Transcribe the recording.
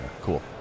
Cool